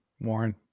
Warren